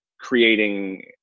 creating